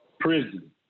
Prison